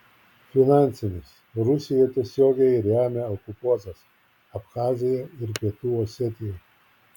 finansinis rusija tiesiogiai remia okupuotas abchaziją ir pietų osetiją